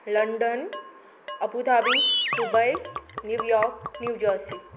London Abu Dhabi Dubai New York new jersey